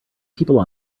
people